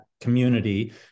community